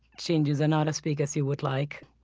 changes are not as big as you would like.